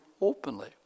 openly